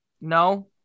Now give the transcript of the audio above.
no